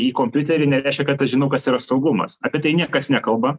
į kompiuterį nereiškia kad aš žinau kas yra saugumas apie tai niekas nekalba